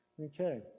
Okay